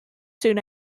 soon